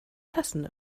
tassen